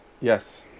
Yes